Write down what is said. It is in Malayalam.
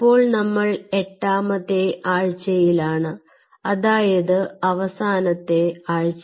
അപ്പോൾ നമ്മൾ എട്ടാമത്തെ ആഴ്ചയിലാണ് അതായത് അവസാനത്തെ ആഴ്ച